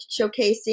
showcasing